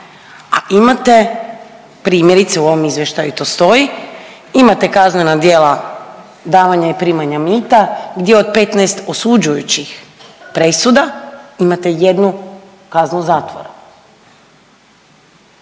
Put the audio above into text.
a imate primjerice i u ovom izvještaju to stoji, imate kaznena djela davanja i primanja mita gdje od 15 osuđujućih presuda imate jednu kaznu zatvora.